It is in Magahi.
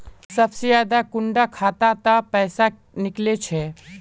सबसे ज्यादा कुंडा खाता त पैसा निकले छे?